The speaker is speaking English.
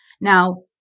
Now